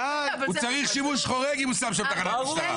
הוא צריך שימוש חורג אם הוא שם שם תחנת משטרה.